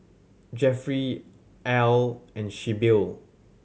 Jeffry Al and Sybil